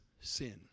sin